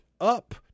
up